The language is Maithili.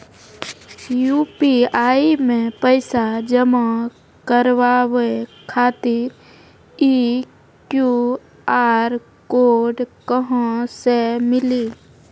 यु.पी.आई मे पैसा जमा कारवावे खातिर ई क्यू.आर कोड कहां से मिली?